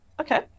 Okay